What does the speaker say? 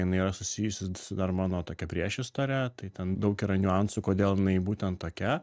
jinai yra susijusi su dar mano tokia priešistore tai ten daug yra niuansų kodėl jinai būtent tokia